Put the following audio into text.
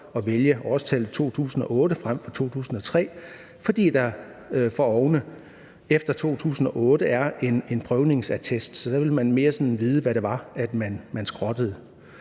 at vælge årstallet 2008 frem for 2003, fordi der for ovne efter 2008 er en prøvningsattest, så der vil man mere vide, hvad det var, man skrottede.